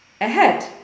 ahead